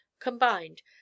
combined